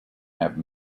have